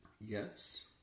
yes